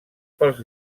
pels